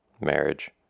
marriage